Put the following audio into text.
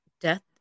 death